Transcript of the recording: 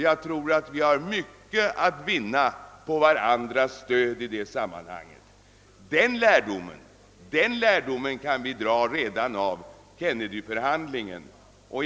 Jag tror att vi har mycket att vinna på varandras medverkan i detta sammanhang. Denna lärdom kan vi dra redan av Kennedyförhandlingen.